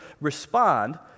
respond